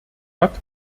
hat